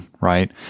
right